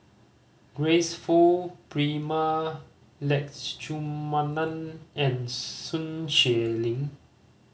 Grace Fu Prema Letchumanan and Sun Xueling